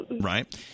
right